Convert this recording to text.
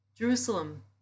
Jerusalem